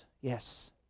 yes